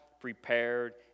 prepared